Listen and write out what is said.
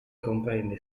comprende